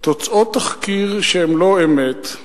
תוצאות תחקיר שהן לא-אמת,